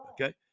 okay